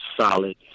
solid